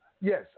Yes